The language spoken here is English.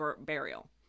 burial